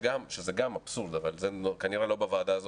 שזה גם אבסורד אבל זה כנראה לא בוועדה הזאת.